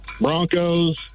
Broncos